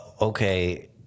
okay